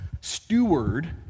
steward